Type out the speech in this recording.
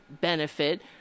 benefit